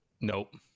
Nope